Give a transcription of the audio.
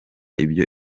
ibyo